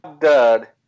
dud